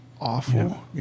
awful